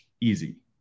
easy